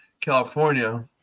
california